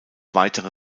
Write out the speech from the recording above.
weitere